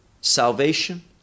salvation